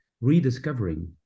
rediscovering